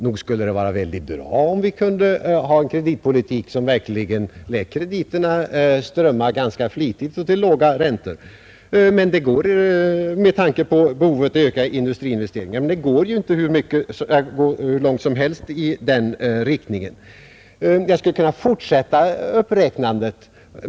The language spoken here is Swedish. Nog skulle det vara väldigt bra om vi hade en kreditpolitik som verkligen lät krediterna strömma ganska flitigt och till låga räntor med tanke på behovet att öka industriinvesteringarna. Men det är ju som sagt inte möjligt att gå hur långt som helst i den riktningen. Jag skulle kunna fortsätta uppräknandet.